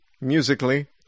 musically